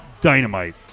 dynamite